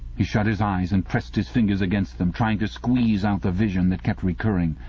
he shut his eyes and pressed his fingers against them, trying to squeeze out the vision that kept recurring.